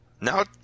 Now